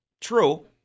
True